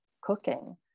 cooking